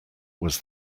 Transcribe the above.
was